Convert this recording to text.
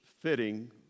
fitting